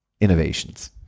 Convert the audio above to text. innovations